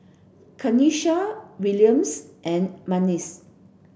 Kenisha Williams and Memphis